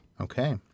Okay